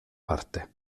parte